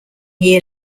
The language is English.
year